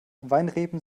weinreben